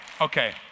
Okay